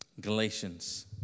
Galatians